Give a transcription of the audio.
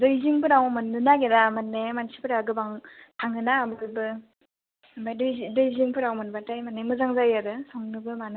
दै जिंफ्राव मोन्नो नागेरा मोन्नाया मानसिफ्रा गोबां थाङोना बयबो आमफ्राय दैजिं दै जिंफ्राव मोनबाथाय माने मोजां जायो आरो संनोबो मानोबो